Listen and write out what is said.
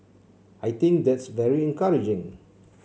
I think that's very encouraging